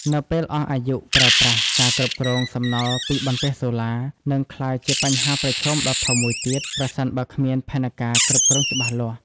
នៅពេលអស់អាយុប្រើប្រាស់ ការគ្រប់គ្រងសំណល់ពីបន្ទះសូឡា នឹងក្លាយជាបញ្ហាប្រឈមដ៏ធំមួយទៀត ប្រសិនបើគ្មានផែនការគ្រប់គ្រងច្បាស់លាស់។